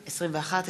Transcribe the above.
סלימאן,